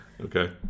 Okay